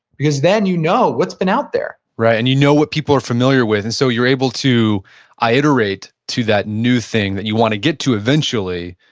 because then you know what's been out there right, and you know what people are familiar with, and so you're able to iterate to that new thing that you want to get to eventually,